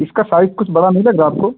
इसका साइज़ कुछ बड़ा नहीं लग रहा आपको